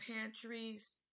pantries